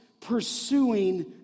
pursuing